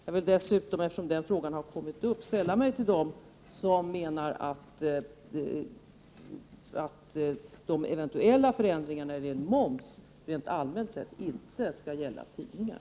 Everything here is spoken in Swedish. Jag vill dessutom, eftersom frågan har kommit upp, sälla mig till dem som menar att de eventuella förändringarna när det gäller moms rent allmänt sett inte skall gälla tidningar.